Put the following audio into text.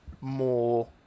more